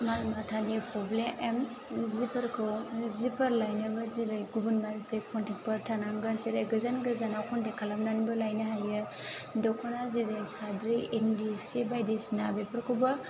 माल माथानि प्रब्लेम जिफोरखौ जिफोर लायनोबो जेरै गुबुन मानसि कनटेकफोर थानांगोन जेरै गोजान गोजानाव कनटेक खालामनानैबो लायनो हायो दख'ना जेरै साद्रि इन्दि सि बायदिसिना बेफोरखौबो